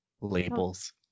labels